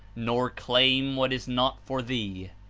nor claim what is not for thee.